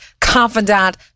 confidant